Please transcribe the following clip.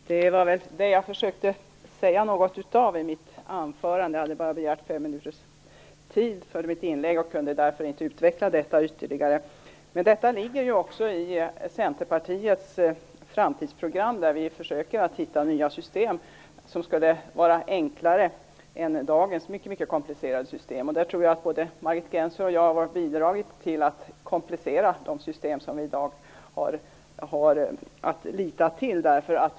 Fru talman! Det var något av det jag försökte säga i mitt anförande. Jag hade bara begärt fem minuters taletid för mitt inlägg och kunde därför inte utveckla det ytterligare. Detta ligger också i Centerpartiets framtidsprogram, där vi försöker att hitta nya system som skulle vara enklare än dagens mycket komplicerade system. Jag tror att både Margit Gennser och jag har bidragit till att komplicera de system som vi i dag har att lita till.